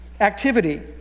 activity